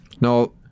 No